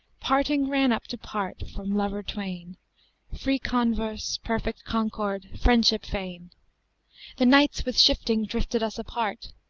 parting ran up to part from lover-twain free converse, perfect concord, friendship fain the nights with shifting drifted us apart,